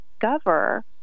discover